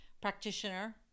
practitioner